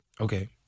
Okay